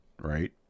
right